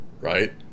right